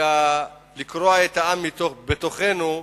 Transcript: ולקרוע את העם בתוכנו,